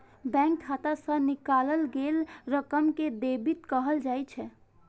bank खाता सं निकालल गेल रकम कें डेबिट कहल जाइ छै